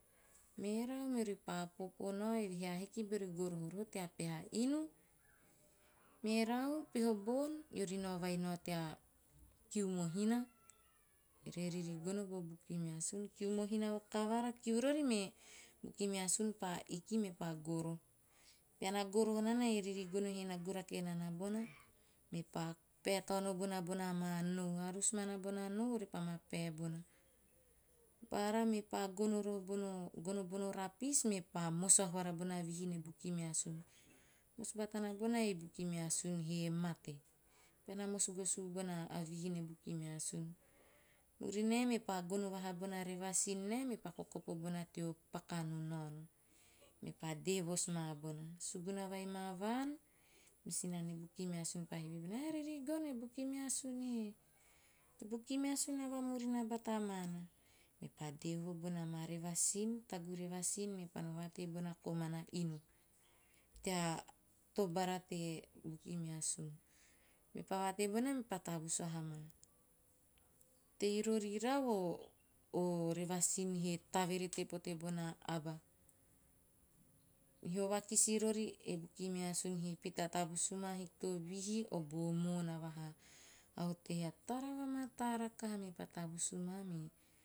Merau, meori pa popo nao evehe a hiki beori gooroho roho tea peha inu. Merau, peho bon, eori nao vai no tea kiu mohina, ere ririgono be bukimeasun. Kiu mohina vakavara, kiu rori me bukimeasun pa iki me pa goroho. Peana goroho nana e ririgono he nagu rake nana bona, mepa pae taono bona, bona maa nou, harus mana bona maa nou repa ma pae bona. Bara, mepa gono bono rapis mepa mos vahora bona vihi ne bukimeasun. Mos batana bona vihi ne bukimeasun. He mate. Pahena mos gosu bonavihi ne bukimeasun. Murinae mepa gono vaha bona revasin nae, me kokopo bona teo paku neo naono, me pa dee vos maa bona. Suguuna vai ma vaan, me sinane bukimeasun pa hivi bona, "e, ririgono, e bukimeasun he?" "E bukimeasun na vamurina bata maana." Mepa dee hovo bono revasin mepa no vatei bona komana inu, tea tubara te mepa no vatei bona komana inu, tea tobara te bukimeasun. Mepa vatei bona mepa tavus vaha ma. Tei rori rau o revasiin he tavarete pote bona aba. Hio vakisi rori e bukimeasun he pita tavusu maa, a hikinto vihi, o buo moona vaha, a otei he a tara va mataa rakaha. Mepa tavusu ma me